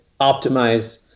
optimize